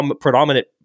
predominant